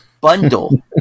bundle